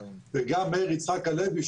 וגם מאיר יצחק הלוי,